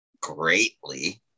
greatly